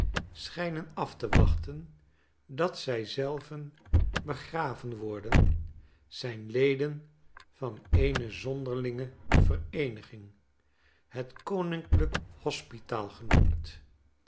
schijnen af te wachten dat zij zelven begraven worden zijn leden van eene zonderlinge vereeniging het koninklijk hospitaal genoemd